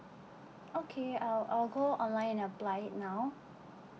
okay I'll I'll go online and apply it now